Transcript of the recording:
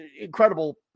incredible